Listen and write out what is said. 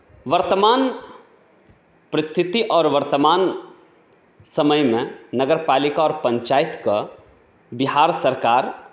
वर्तमान परिस्थिति आओर वर्तमान समयमे नगरपालिका आओर पञ्चायतकेँ बिहार सरकार